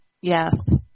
Yes